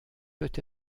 peut